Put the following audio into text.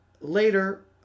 later